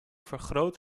vergroot